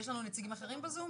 יש לנו נציגים אחרים בזום?